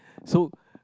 so